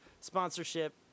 sponsorship